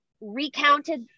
recounted